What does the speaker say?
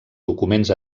documents